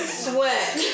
sweat